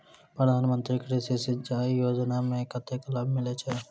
प्रधान मंत्री कृषि सिंचाई योजना मे कतेक लाभ मिलय छै?